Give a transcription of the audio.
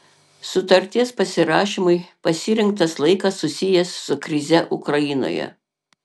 sutarties pasirašymui pasirinktas laikas susijęs su krize ukrainoje